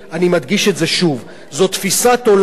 אני מדגיש את זה שוב: זאת תפיסת עולם